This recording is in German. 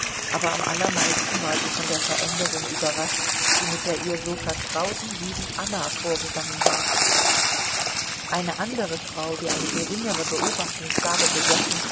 aber am allermeisten war sie von der veränderung überrascht die mit der ihr so vertrauten lieben anna vorgegangen war eine andere frau die eine geringere beobachtungsgabe besessen